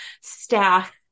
staff